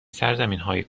سرزمینهای